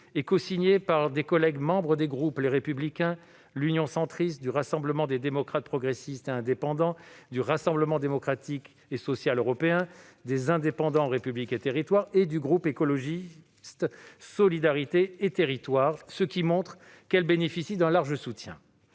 cosignée par des collègues membres des groupes Les Républicains, Union Centriste, Rassemblement des démocrates, progressistes et indépendants, Rassemblement Démocratique et Social Européen, Les Indépendants - République et Territoires, Écologiste - Solidarité et Territoires. Cela montre qu'elle bénéficie d'un large soutien.